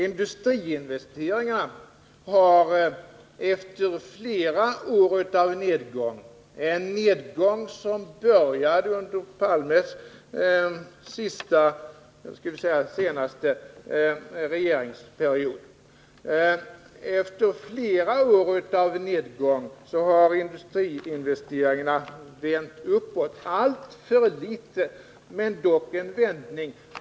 Industriinvesteringarna har efter flera år av nedgång — en nedgång som började under Olof Palmes senaste regeringsperiod — vänt uppåt. Uppgången är alltför liten, men det är dock en vändning.